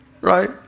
Right